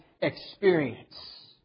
experience